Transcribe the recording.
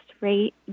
rate